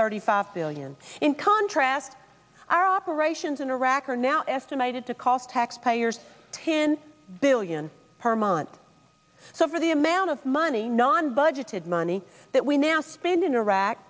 thirty five billion in contrast our operations in iraq are now estimated to cost taxpayers tin billion per month so for the amount of money non budgeted money that we now spend in iraq